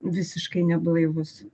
visiškai neblaivus